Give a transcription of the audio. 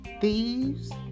thieves